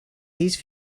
these